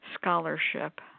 scholarship